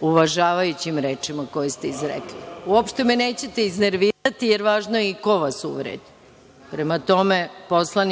uvažavajućim rečima koje ste izrekli. Uopšte me nećete iznervirati, jer važno je i ko vas uvredi.(Radoslav